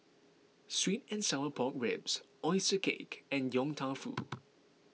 Sweet and Sour Pork Ribs Oyster Cake and Yong Tau Foo